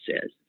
says